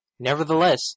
Nevertheless